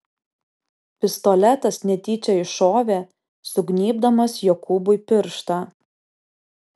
pistoletas netyčia iššovė sugnybdamas jokūbui pirštą